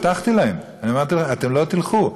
הבטחתי להם, אמרתי להם: אתם לא תלכו.